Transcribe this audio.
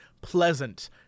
pleasant